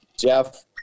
Jeff